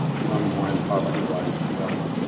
some born in poverty rise to wealth.